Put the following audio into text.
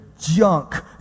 junk